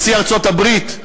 נשיא ארצות-הברית,